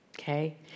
okay